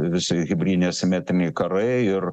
visi hibridiniai asimetriniai karai ir